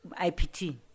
IPT